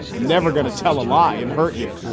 never gonna tell a lie and hurt you.